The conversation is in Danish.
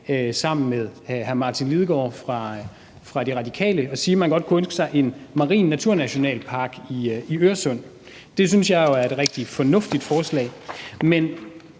lancering af en havplan – at man godt kunne ønske sig en marin naturnationalpark i Øresund. Det synes jeg jo er et rigtig fornuftigt forslag,